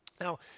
Now